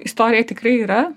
istorija tikrai yra